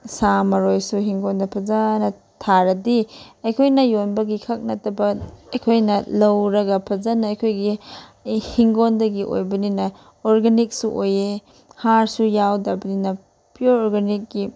ꯁꯥ ꯃꯔꯣꯏꯁꯨ ꯍꯤꯡꯒꯣꯟꯗ ꯐꯖꯅ ꯊꯥꯔꯗꯤ ꯑꯩꯈꯣꯏꯅ ꯌꯣꯟꯕꯒꯤꯈꯛ ꯅꯠꯇꯕ ꯑꯩꯈꯣꯏꯅ ꯂꯧꯔꯒ ꯐꯖꯅ ꯑꯩꯈꯣꯏꯒꯤ ꯍꯤꯡꯒꯣꯟꯗꯒꯤ ꯑꯣꯏꯕꯅꯤꯅ ꯑꯣꯔꯒꯥꯅꯤꯛꯁꯨ ꯑꯣꯏꯌꯦ ꯍꯥꯔꯁꯨ ꯌꯥꯎꯗꯕꯅꯤꯅ ꯄꯤꯌꯣꯔ ꯑꯣꯔꯒꯥꯅꯤꯛꯀꯤ